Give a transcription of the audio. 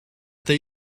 they